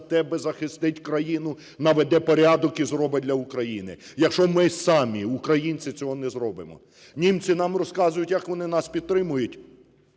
тебе захистить країну, наведе порядок і зробить для України. Якщо ми самі, українці, цього не зробимо. Німці нам розказують, як вони нас підтримують,